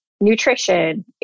nutrition